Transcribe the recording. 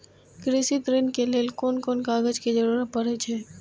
कृषि ऋण के लेल कोन कोन कागज के जरुरत परे छै?